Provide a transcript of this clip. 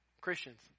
Christians